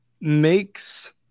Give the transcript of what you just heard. makes